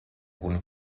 kun